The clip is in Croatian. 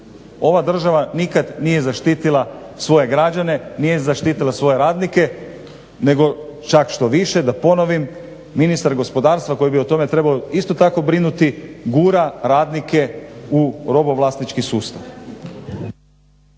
Ova država nikad nije zaštitila svoje građane, nije zaštitila svoje radnike nego čak što više da ponovim, ministar gospodarstva koji bi o tome trebao isto tako brinuti gura radnike u robovlasnički sustav.